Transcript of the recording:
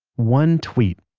one tweet,